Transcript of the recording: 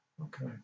Okay